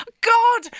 God